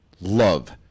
love